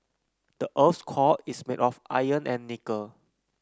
the earth's core is made of iron and nickel